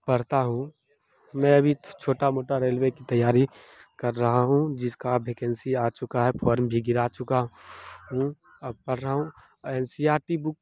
पढ़ता हूँ मैं अभी छोटी मोटी रेलवे की तैयारी कर रहा हूँ जिसकी वैकेंसी आ चुकी है फॉर्म भी गिरा चुका हूँ अब पढ़ रहा हूँ और N C R T book